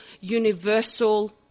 universal